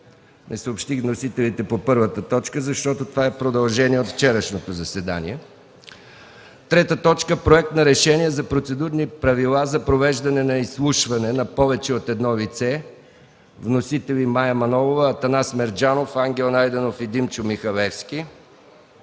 Не съобщих вносителите по т. 1, защото тя е продължение от вчерашното заседание. 3. Проект за решение за процедурни правила за провеждане на изслушване на повече от едно лице. Вносители са Мая Манолова, Атанас Мерджанов, Ангел Найденов и Димчо Михалевски.